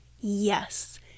Yes